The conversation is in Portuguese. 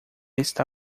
está